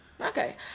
Okay